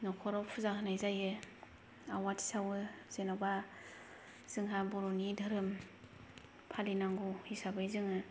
नखराव फुजा होनाय जायो आवाथि सावो जेनोबा जोंहा बर'नि धोरोम फालिनांगौ हिसाबै जोंङो